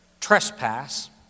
trespass